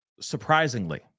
surprisingly